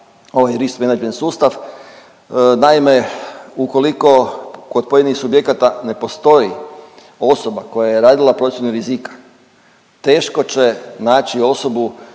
ovaj risk managment sustav, naime ukoliko kod pojedinih subjekata ne postoji osoba koja je radila procjenu rizika, teško će naći osobu